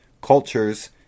cultures